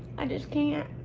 i just can't.